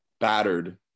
battered